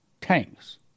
tanks